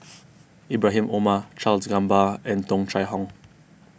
Ibrahim Omar Charles Gamba and Tung Chye Hong